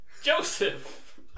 Joseph